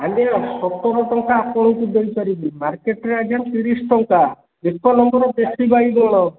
ଆଜ୍ଞା ସତର ଟଙ୍କା ଆପଣଙ୍କୁ ଦେଇ ପାରିବି ମାର୍କେଟରେ ଆଜ୍ଞା ତିରିଶ ଟଙ୍କା ଏକ ନମ୍ବର ଦେଶୀ ବାଇଗଣ